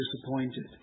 disappointed